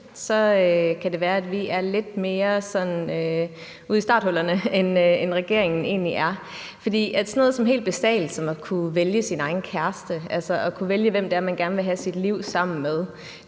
så kan det være, at vi er lidt mere ude af starthullerne, end regeringen egentlig er. For sådan noget så helt basalt som at kunne vælge sin egen kæreste, altså at kunne vælge, hvem det er, man gerne vil have sit liv sammen med,